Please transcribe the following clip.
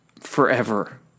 forever